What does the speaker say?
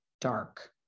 dark